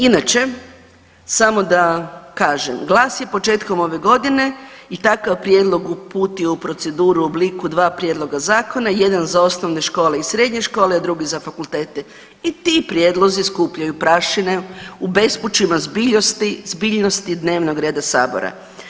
Inače samo da kažem, GLAS je početkom ove godine i takav prijedlog uputio u proceduru u obliku dva prijedloga zakona, jedan za osnovne škole i srednje škole, a drugi za fakultete i ti prijedlozi skupljaju prašine u bespućima zbiljnosti dnevnog reda sabora.